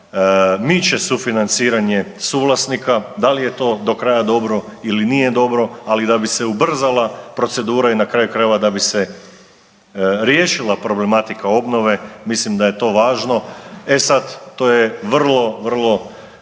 miče sufinanciranje suvlasnika. Da li je to do kraja dobro ili nije dobro, ali da bi se ubrzala procedura i na kraju krajeva da bi se riješila problematika obnove mislim da je to važno. E sad, to je vrlo, vrlo